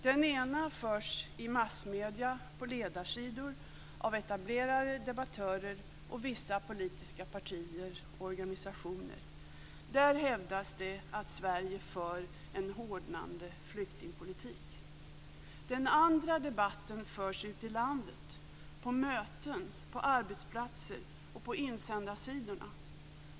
Den ena förs i massmedierna på ledarsidor av etablerade debattörer och vissa politiska partier och organisationer. Där hävdas det att Sverige för en hårdnande flyktingpolitik. Den andra debatten förs ute i landet på möten, på arbetsplatser och på insändarsidorna.